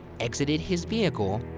exited his vehicle,